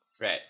Right